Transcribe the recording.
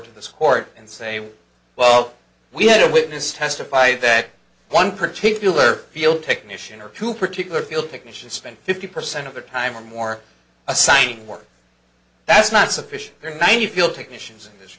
to this court and say well we had a witness testify that one particular field technician or two particular field technicians spent fifty percent of the time or more assigning work that's not sufficient to remind you feel technicians